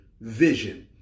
vision